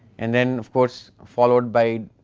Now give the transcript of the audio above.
and then of course followed by,